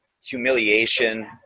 humiliation